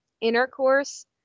intercourse